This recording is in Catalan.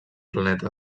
planeta